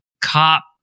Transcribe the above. cop